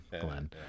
Glenn